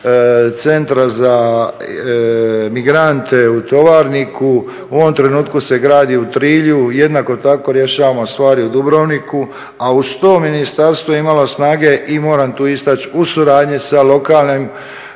centra za migrante u Tovarniku. U ovom trenutku se gradi u Trilju, jednako tako rješavamo stvari u Dubrovniku, a uz to ministarstvo je imalo snage i moram tu istaći, u suradnji sa lokalnim